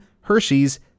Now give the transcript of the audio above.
Hershey's